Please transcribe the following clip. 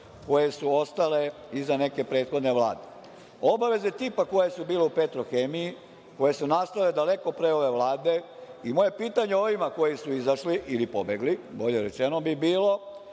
koje su ostale iza neke prethodne vlade. Obaveze tipa koje su bile u „Petrohemiji“ koje su nastale daleko pre ove Vlade i moje pitanje ovima koji su izašli ili pobegli, bolje rečeno bi bilo